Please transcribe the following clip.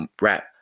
rap